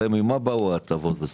הרי ממה באו ההטבות?